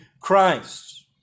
Christ